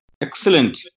Excellent